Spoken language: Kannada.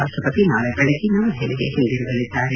ರಾಷ್ಷಪತಿ ನಾಳೆ ಬೆಳಗ್ಗೆ ನವದೆಹಲಿಗೆ ಹಿಂತಿರುಗಲಿದ್ದಾರೆ